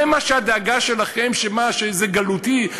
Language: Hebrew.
זה הדאגה שלכם, שזה גלותי?